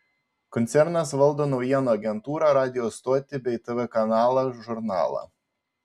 koncernas valdo naujienų agentūrą radijo stotį bei tv kanalą žurnalą